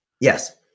Yes